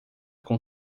com